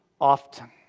often